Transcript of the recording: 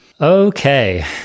Okay